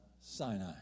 Sinai